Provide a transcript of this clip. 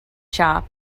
shop